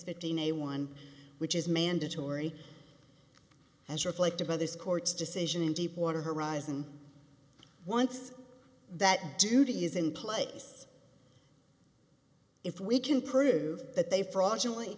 fifteen a one which is mandatory as reflected by this court's decision in deepwater horizon once that duty is in place if we can prove that they fraudulent